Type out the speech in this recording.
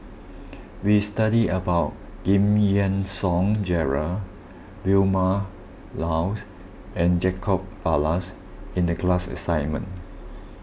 we studied about Giam Yean Song Gerald Vilma Laus and Jacob Ballas in the class assignment